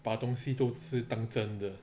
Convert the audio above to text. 把东西都是当真的